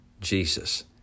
Jesus